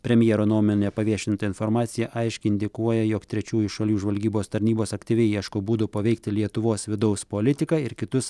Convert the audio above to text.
premjero nuomone paviešinta informacija aiškiai indikuoja jog trečiųjų šalių žvalgybos tarnybos aktyviai ieško būdų paveikti lietuvos vidaus politiką ir kitus